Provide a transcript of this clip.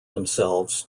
themselves